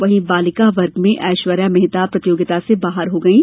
वहीं बालिका वर्ग में ऐश्वर्या मेहता प्रतियोगिता से बाहर हो गई हैं